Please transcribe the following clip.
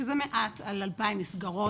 שזה מעט על 2,000 מסגרות.